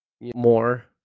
more